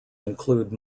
include